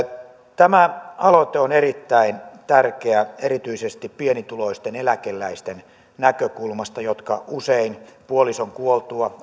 tämä aloite on erittäin tärkeä erityisesti pienituloisten eläkeläisten näkökulmasta jotka usein puolison kuoltua